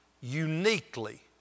uniquely